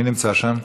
מי נמצא שם?